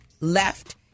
left